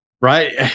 Right